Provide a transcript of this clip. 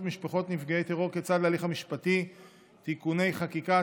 משפחות נפגעי טרור כצד להליך המשפטי (תיקוני חקיקה),